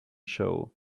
show